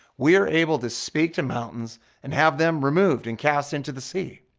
we are able to speak to mountains and have them removed and casted into the sea.